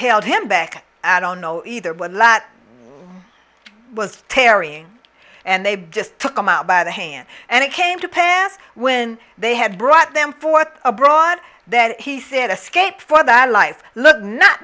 held him back i don't know either but a lot it was tarrying and they just took him out by the hand and it came to pass when they had brought them forth abroad then he said escape for the life look not